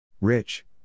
Rich